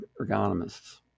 ergonomists